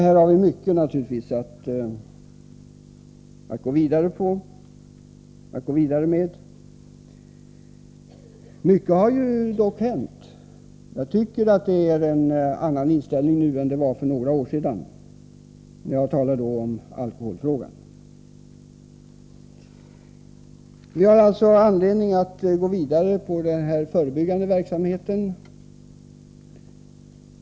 Vi har mycket att gå vidare med därvidlag. Mycket har dock hänt, och jag tycker att inställningen är en annan nu än för några år sedan. Jag talar då om alkoholfrågan. Vi har alltså anledning att gå vidare med den förebyggande verksamheten.